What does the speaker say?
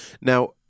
Now